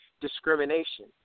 discrimination